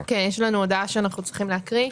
יש לנו הודעה שאנחנו צריכים להקריא: